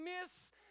miss